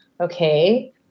okay